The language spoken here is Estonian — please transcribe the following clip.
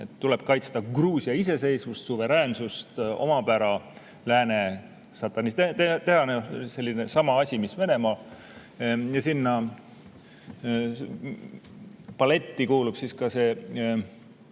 tuleb kaitsta Gruusia iseseisvust, suveräänsust, omapära lääne satanistide eest – sama asi, mis Venemaal. Ja sinna paletti kuulub ka see